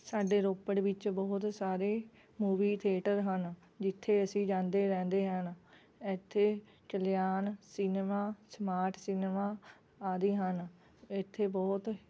ਸਾਡੇ ਰੋਪੜ ਵਿੱਚ ਬਹੁਤ ਸਾਰੇ ਮੂਵੀ ਥੇਟਰ ਹਨ ਜਿੱਥੇ ਅਸੀਂ ਜਾਂਦੇ ਰਹਿੰਦੇ ਹਨ ਇੱਥੇ ਕਲਿਆਣ ਸਿਨੇਮਾ ਸਮਾਰਟ ਸਿਨੇਮਾ ਆਦਿ ਹਨ ਇੱਥੇ ਬਹੁਤ